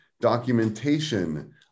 documentation